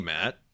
Matt